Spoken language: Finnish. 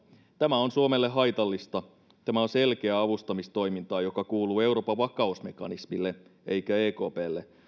tämä on suomelle haitallista tämä on selkeää avustamistoimintaa joka kuuluu euroopan vakausmekanismille eikä ekplle